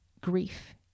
grief